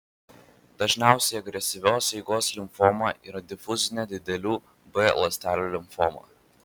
dažniausia agresyvios eigos limfoma yra difuzinė didelių b ląstelių limfoma